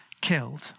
killed